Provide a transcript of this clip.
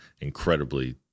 incredibly